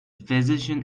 physician